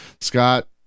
scott